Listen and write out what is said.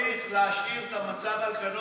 לפחות הצעות חוק כאלה,